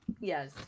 yes